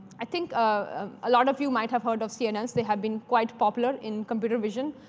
i think a lot of you might have heard of cnns. they have been quite popular in computer vision.